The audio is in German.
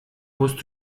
musst